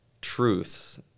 truths